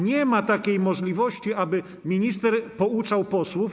Nie ma takiej możliwości, aby minister pouczał posłów.